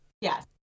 yes